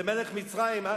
זה מלך מצרים.